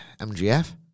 MGF